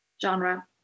genre